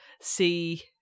see